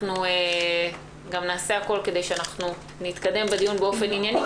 אנחנו גם נעשה הכול כדי שנתקדם בדיון באופן ענייני,